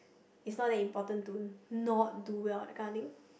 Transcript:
it's not that important to not do well that kind of thing